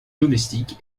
domestique